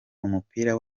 umupira